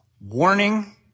Warning